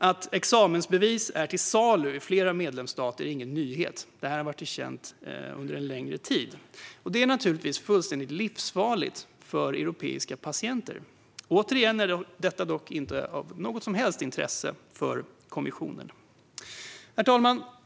Att examensbevis är till salu i flera medlemsstater är ingen nyhet utan har varit känt under en längre tid, och det är naturligtvis fullständigt livsfarligt för europeiska patienter. Men återigen är det inte av något som helst intresse för kommissionen. Herr talman!